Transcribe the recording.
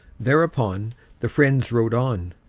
thereupon the friends rode on.